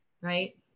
right